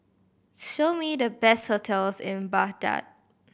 show me the best hotels in Baghdad